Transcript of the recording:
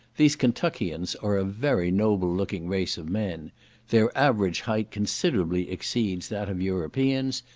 these kentuckians are a very noble-looking race of men their average height considerably exceeds that of europeans,